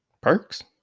Perks